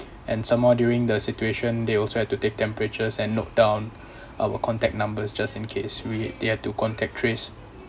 and some more during the situation they also have to take temperatures and note down our contact numbers just in case we they had to contact trace